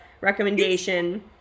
recommendation